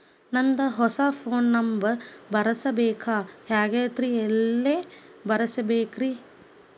ನಂದ ಹೊಸಾ phone number ಬರಸಬೇಕ್ ಆಗೈತ್ರಿ ಎಲ್ಲೆ ಬರಸ್ಬೇಕ್ರಿ?